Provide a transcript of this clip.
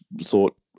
thought